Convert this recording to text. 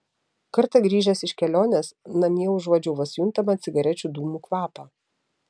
kartą grįžęs iš kelionės namie užuodžiau vos juntamą cigarečių dūmų kvapą